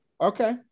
Okay